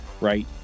right